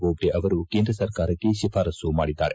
ಬೋಬ್ಡೆ ಅವರು ಕೇಂದ್ರ ಸರ್ಕಾರಕ್ಷೆ ಶಿಫಾರಸು ಮಾಡಿದ್ದಾರೆ